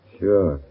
sure